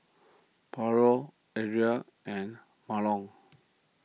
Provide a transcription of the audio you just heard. Pablo Ariel and Mahlon